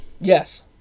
Yes